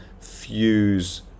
fuse